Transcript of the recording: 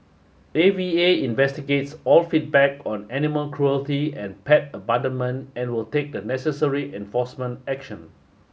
A V A investigates all feedback on animal cruelty and pet abandonment and will take the necessary enforcement action